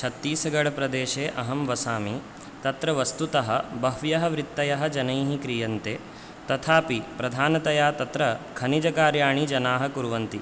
छत्तीस्गडप्रदेशे अहं वसामि तत्र वस्तुतः बह्व्यः वृत्तयः जनैः क्रियन्ते तथापि प्रधानतया तत्र खनिजकार्याणि जनाः कुर्वन्ति